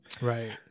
right